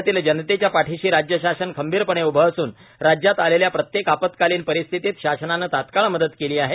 राज्यातील जनतेच्या पाठीशी राज्य शासन खंबीरपणे उभं असून राज्यात आलेल्या प्रत्येक आपत्कालीन परिस्थितीत शासनानं तत्काळ मदत केली आहे